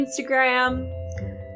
instagram